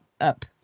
up